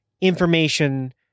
information